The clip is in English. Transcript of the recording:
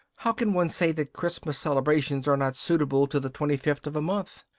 how can one say that christmas celebrations are not suitable to the twenty-fifth of a month?